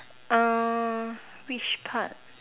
err which part